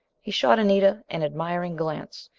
he shot anita an admiring glance.